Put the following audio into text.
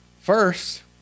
first